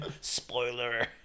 Spoiler